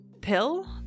pill